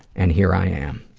and here i am.